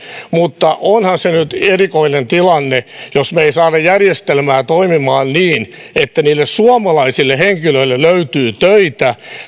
niin onhan se nyt erikoinen tilanne jos me emme saa järjestelmää toimimaan niin että suomalaisille henkilöille löytyy töitä